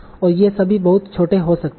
और ये सभी बहुत छोटे हो सकते हैं